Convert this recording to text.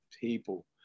people